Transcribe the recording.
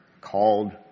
called